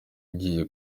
igiye